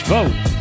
Vote